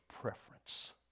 preference